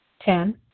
Ten